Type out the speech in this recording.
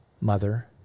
mother